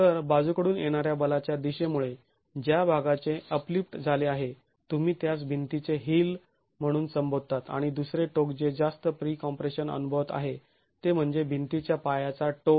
तर बाजूकडून येणाऱ्या बलाच्या दिशेमुळे ज्या भागाचे अपलिफ्ट झाले आहे तुम्ही त्यास भिंतीचे हिल म्हणून संबोधतात आणि दुसरे टोक जे जास्त प्री कॉम्प्रेशन अनुभवत आहे ते म्हणजे भिंतीच्या पायाचा टो